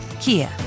Kia